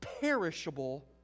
perishable